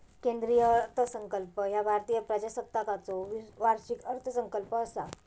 केंद्रीय अर्थसंकल्प ह्या भारतीय प्रजासत्ताकाचो वार्षिक अर्थसंकल्प असा